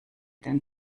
den